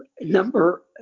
Number